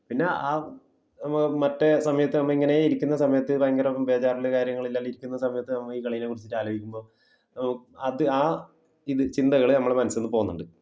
പിന്നെ ആ മറ്റേ സമയത്ത് നമ്മൾ ഇങ്ങനെ ഇരിക്കുന്ന സമയത്ത് ഭയങ്കരം ബേജാറിൽ കാര്യങ്ങളിൽ എല്ലാം ഇരിക്കുന്ന സമയത്ത് നമ്മൾ ഈ കളിയെക്കുറിച്ചിട്ട് ആലോചിക്കുമ്പോൾ അത് ആ ഇത് ചിന്തകൾ നമ്മളെ മനസ്സിൽ നിന്ന് പോവുന്നുണ്ട്